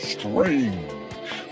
Strange